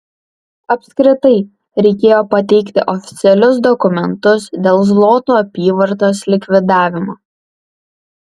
apskritai reikėjo pateikti oficialius dokumentus dėl zlotų apyvartos likvidavimo